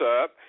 up